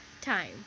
time